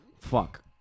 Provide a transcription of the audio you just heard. fuck